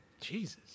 Jesus